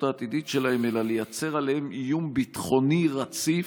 העתידית שלהם אלא לייצר עליהם איום ביטחוני רציף,